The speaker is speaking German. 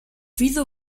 wieso